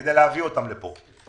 כדי להביא אותם לפה.